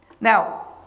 Now